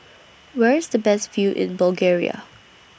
Where IS The Best View in Bulgaria